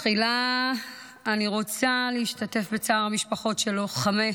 תחילה אני רוצה להשתתף בצער המשפחות של לוחמי